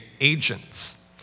agents